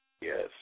Yes